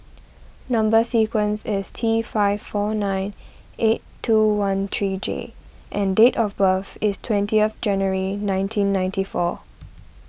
Number Sequence is T five four nine eight two one three J and date of birth is twentieth January nineteen ninety four